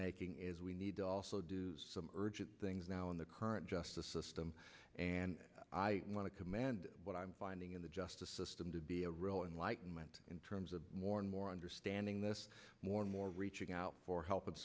making is we need to also do some urgent things now in the current justice system and i want to command what i'm finding in the justice system to be a role in light and went in terms of more and more understanding this more and more reaching out for help